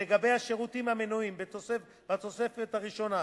לגבי השירותים המנויים בתוספת הראשונה,